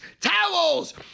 towels